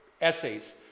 essays